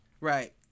Right